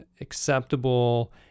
acceptable